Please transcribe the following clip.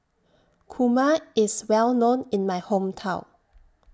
Kurma IS Well known in My Hometown